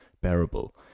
bearable